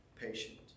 patient